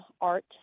Art